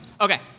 Okay